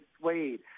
suede